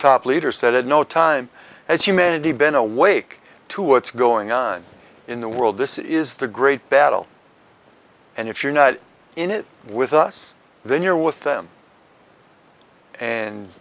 top leaders said at no time has humanity been awake to what's going on in the world this is the great battle and if you're not in it with us then you're with them and